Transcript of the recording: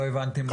לא הבנתי.